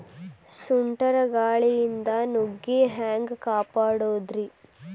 ಸುಂಟರ್ ಗಾಳಿಯಿಂದ ನುಗ್ಗಿ ಹ್ಯಾಂಗ ಕಾಪಡೊದ್ರೇ?